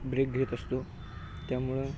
break घेत असतो त्यामुळं